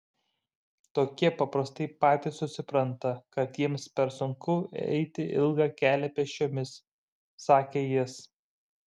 tokie paprastai patys susipranta kad jiems per sunku eiti ilgą kelią pėsčiomis sakė jis